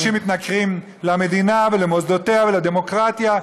אנשים מתנכרים למדינה ולמוסדותיה ולדמוקרטיה.